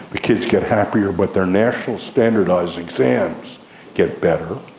the kids get happier, but their national standardised exams get better.